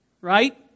Right